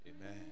Amen